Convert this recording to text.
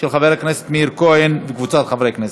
של חבר הכנסת מאיר כהן וקבוצת חברי הכנסת.